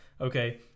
okay